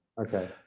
okay